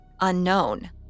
Unknown